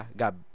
gab